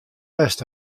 west